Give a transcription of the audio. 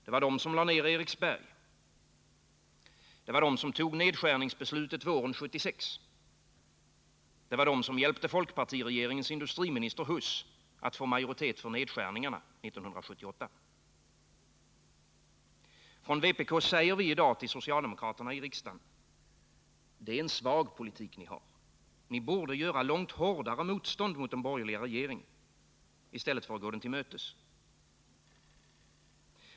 Det var socialdemokraterna som lade ner Eriksberg, fattade nedskärningsbeslutet våren 1976 och hjälpte folkpartiregeringens industri Nr 164 minister Huss att få majoritet för nedskärningarna 1978. Från vpk säger vi i dag till socialdemokraterna i riksdagen: Det är en svag politik ni har. Ni borde göra långt hårdare motstånd mot den borgerliga regeringen, i stället för att gå den till mötes.